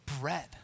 bread